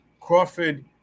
Crawford